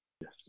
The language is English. Yes